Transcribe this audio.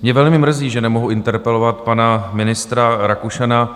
Mě velmi mrzí, že nemohu interpelovat pana ministra Rakušana.